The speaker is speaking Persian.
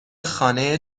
خانه